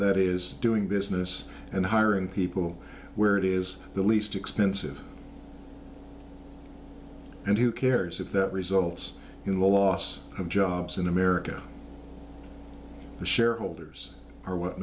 that is doing business and hiring people where it is the least expensive and who cares if that results in the loss of jobs in america the shareholders are what